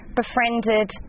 befriended